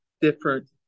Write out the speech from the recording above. different